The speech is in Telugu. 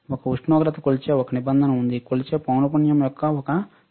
ఒక ఉష్ణోగ్రత కొలిచే ఒక నిబంధన ఉంది కొలిచే పౌన పున్యం యొక్క ఒక నిబంధన ఉంది